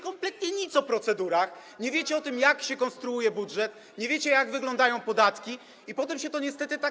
kompletnie nic o procedurach, nie wiecie, jak się konstruuje budżet, nie wiecie, jak wyglądają podatki, i potem to się niestety tak